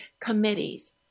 committees